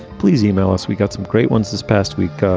please email us. we got some great ones this past week. ah